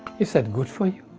is that good for you?